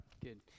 good